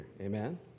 Amen